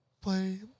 play